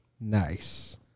Nice